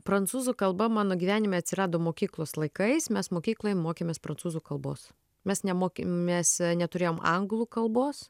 prancūzų kalba mano gyvenime atsirado mokyklos laikais mes mokykloj mokėmės prancūzų kalbos mes nemokė mes neturėjom anglų kalbos